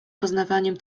poznawaniem